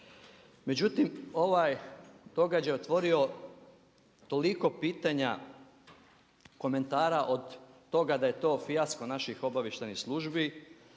Međutim, ovaj događaj je otvorio toliko pitanja, komentara od toga da je to fijasko naših obavještajnih službi,